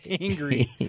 angry